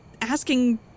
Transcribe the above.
asking